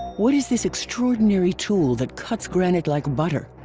what is this extraordinary tool that cuts granite like butter?